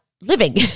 living